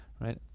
right